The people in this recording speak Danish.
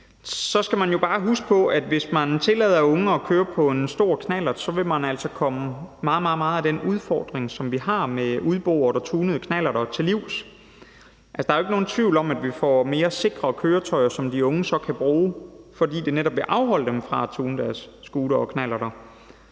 jo bare huske på, at hvis man tillader unge at køre på en stor knallert, vil man altså komme meget af den udfordring, som vi har med udborede og tunede knallerter, til livs. Der er jo ikke nogen tvivl om, at vi får sikrere køretøjer, som de unge så kan bruge, fordi det netop vil afholde dem fra at tune deres scootere og knallerter.